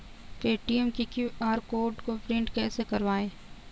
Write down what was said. Paytm के QR code को print कैसे करवाएँ?